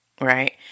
Right